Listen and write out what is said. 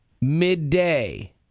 midday